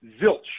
zilch